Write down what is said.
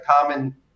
common